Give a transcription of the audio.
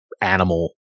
animal